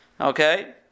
Okay